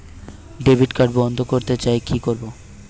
Debit card বন্ধ করতে চাই কি করব?